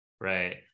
right